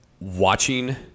Watching